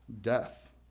death